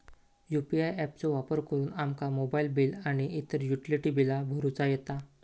UPI app चो वापर करुन आमका मोबाईल बिल आणि इतर युटिलिटी बिला भरुचा येता